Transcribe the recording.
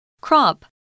Crop